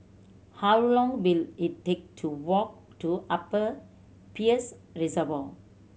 how long will it take to walk to Upper Peirce Reservoir